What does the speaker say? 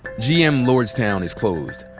gm lordstown is closed.